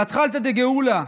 על אתחלתא דגאולה,